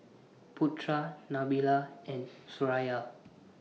Putra Nabila and Suraya